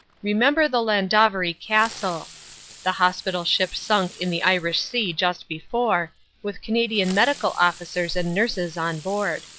remember the llandovery castle the hospi tal ship sunk in the irish sea just before with canadian medi cal officers and nurses on board.